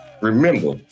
Remember